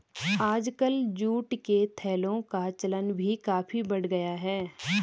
आजकल जूट के थैलों का चलन भी काफी बढ़ गया है